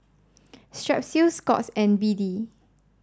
Strepsils Scott's and B D